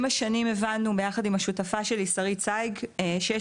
עם השנים הבנו אני יחד עם השותפה שלי שרית צאיג שיש